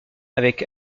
avec